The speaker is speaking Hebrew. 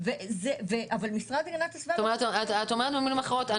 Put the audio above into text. אבל המשרד להגנת הסביבה --- את אומרת במילים אחרות,